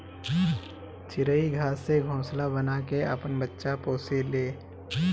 चिरई घास से घोंसला बना के आपन बच्चा पोसे ले